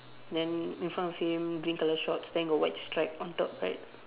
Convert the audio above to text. then in front of him green colour shorts then got white stripe on top right